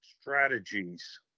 strategies